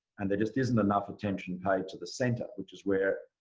and there just isn't enough attention paid to the center, which is where,